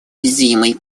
уязвимой